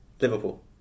Liverpool